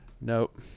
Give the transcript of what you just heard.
Nope